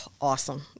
awesome